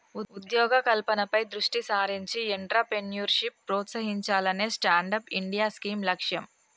ఉద్యోగ కల్పనపై దృష్టి సారించి ఎంట్రప్రెన్యూర్షిప్ ప్రోత్సహించాలనే స్టాండప్ ఇండియా స్కీమ్ లక్ష్యం